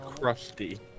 crusty